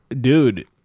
Dude